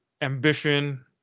ambition